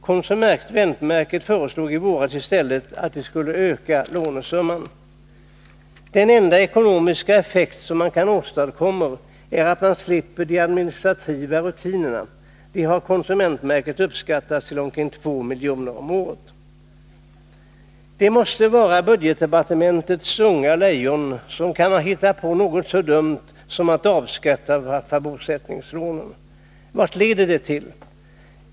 Konsumentverket föreslog i våras att man i stället skulle öka lånesumman. Den enda ekonomiska effekt man nu åstadkommer är att man slipper de administrativa rutinerna. Denna besparing har av konsumentverket uppskattats till 2 miljoner om året. Det måste vara budgetdepartementets unga lejon som kan ha hittat på något så dumt som att man skall avskaffa bosättningslånen. Vad leder det till?